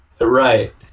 Right